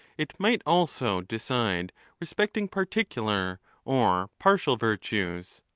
it might also decide respecting particular or partial virtues.